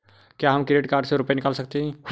क्या हम credit card से रुपये निकाल सकते हैं?